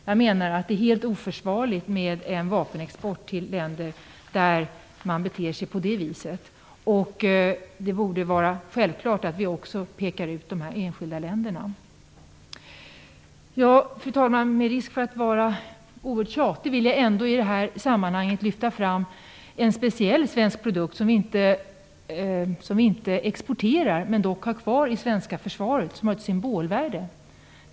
Jag menar att det är helt oförsvarligt med en vapenexport till länder där man beter sig på det viset. Det borde vara självklart att vi också pekar ut dessa enskilda länder. Fru talman! Med risk för att vara tjatig vill jag i detta sammanhang lyfta fram en speciell svensk produkt som vi inte exporterar, men dock har kvar i svenska försvaret och som har ett symbolvärde.